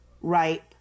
ripe